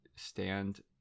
stand